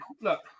look